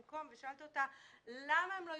על רקע לאום בין תושבי המקום." לחילופין,